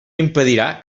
impedirà